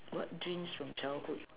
what dreams from childhood